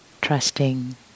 trusting